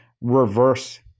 reverse